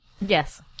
Yes